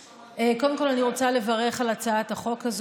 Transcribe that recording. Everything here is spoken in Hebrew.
לכולם, אני מבקש להצביע בעד הצעת החוק.